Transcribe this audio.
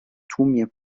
tłumie